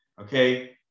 okay